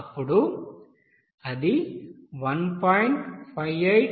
అప్పుడు అది 1